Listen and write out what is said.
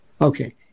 Okay